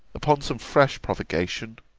upon some fresh provocation,